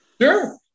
Sure